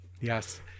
Yes